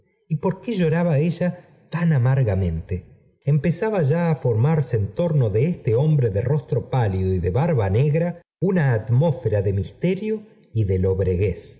y por qué lloraba ella tan amargamente p empezaba ya á formarse en tomo de este hombre de rostro pálido y de barba negra una atmósfera de misterio y de